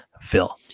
Phil